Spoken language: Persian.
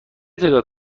تعداد